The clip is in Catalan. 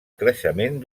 creixement